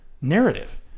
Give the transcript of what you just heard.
narrative